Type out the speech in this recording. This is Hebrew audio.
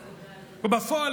ובפועל,